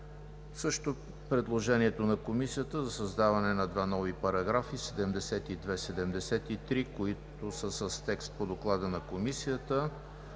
71; предложението на Комисията за създаване на два нови параграфа 72 и 73, които са с текст по Доклада на Комисията,